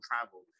travel